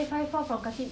orh you mean like 没有人的